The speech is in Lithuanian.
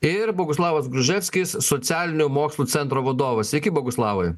ir boguslavas gruževskis socialinių mokslų centro vadovas sveiki boguslavai